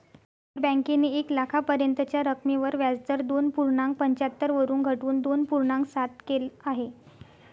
state बँकेने एक लाखापर्यंतच्या रकमेवर व्याजदर दोन पूर्णांक पंच्याहत्तर वरून घटवून दोन पूर्णांक सात केल आहे